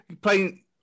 playing